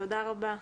תודה רבה.